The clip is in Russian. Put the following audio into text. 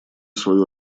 свою